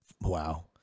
Wow